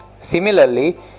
Similarly